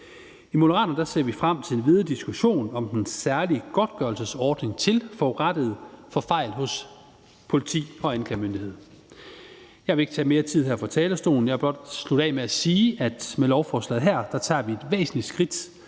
I Moderaterne ser vi frem til den videre diskussion om den særlige godtgørelsesordning for forurettede i forbindelse med fejl hos politi og anklagemyndighed. Jeg vil ikke tage mere tid her fra talerstolen. Jeg vil blot slutte af med at sige, at med lovforslaget her tager vi et væsentligt skridt